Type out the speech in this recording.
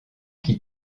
qui